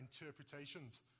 interpretations